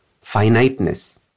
finiteness